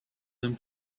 them